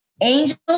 angels